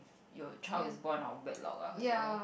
your child is born out of wedlock ah so